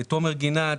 תומר גינת,